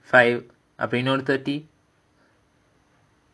five அப்போ இன்னொரு:appo innoru thirty